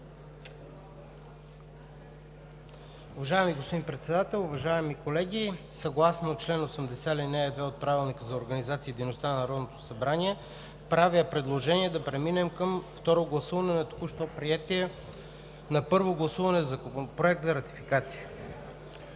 Уважаеми господин Председател, уважаеми колеги! Съгласно чл. 80, ал. 2 от Правилника за организацията и дейността на Народното събрание правя предложение да преминем към второ гласуване на току-що приетия на първо четене Законопроект за ратификация.